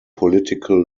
political